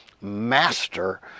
master